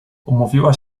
umówiła